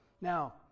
Now